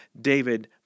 David